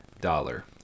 dollar